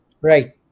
Right